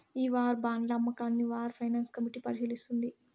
ఈ వార్ బాండ్ల అమ్మకాన్ని వార్ ఫైనాన్స్ కమిటీ పరిశీలిస్తుంది